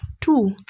two